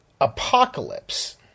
apocalypse